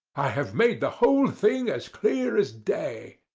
i have made the whole thing as clear as day.